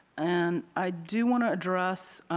and i do want to address